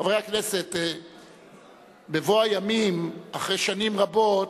חברי הכנסת, בבוא הימים, אחרי שנים רבות,